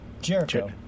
Jericho